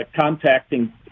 contacting